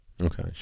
Okay